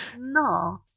No